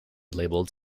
labelled